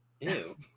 Ew